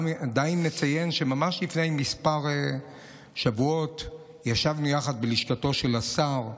די אם נציין שממש לפני כמה שבועות ישבנו יחד בלשכתו של השר.